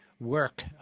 work